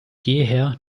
jeher